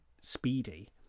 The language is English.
speedy